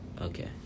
Okay